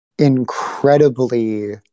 incredibly